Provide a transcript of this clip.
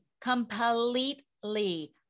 completely